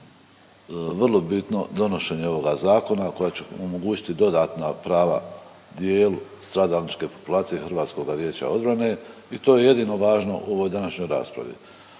vrlo bitno donošenja ovoga Zakona koje će omogućiti dodatna prava dijelu stradalničke populacije HVO-a i to je jedino važno u ovoj današnjoj raspravi.